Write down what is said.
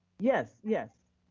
yes, yes.